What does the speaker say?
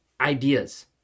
ideas